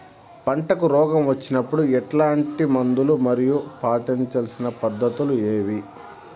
పంటకు రోగం వచ్చినప్పుడు ఎట్లాంటి మందులు మరియు పాటించాల్సిన పద్ధతులు ఏవి?